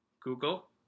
google